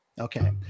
Okay